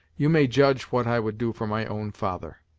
you may judge what i would do for my own father.